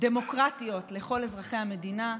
דמוקרטיות לכל אזרחי המדינה,